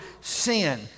sin